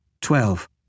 Twelve